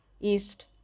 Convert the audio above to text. east